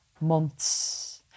months